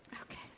Okay